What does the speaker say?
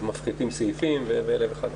מפחיתים סעיפים ו-1,001 דברים.